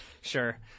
Sure